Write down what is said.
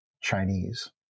Chinese